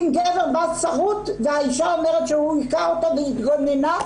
אם גבר בה שרוט והאישה אומרת שהוא היכה אותה והיא התגוננה,